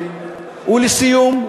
ולסיום,